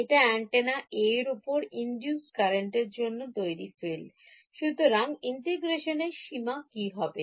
এটা antenna A এর উপর induced current এর জন্য তৈরি field সুতরাং ইন্টিগ্রেশনের সীমা কি হবে